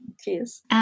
Cheers